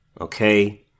Okay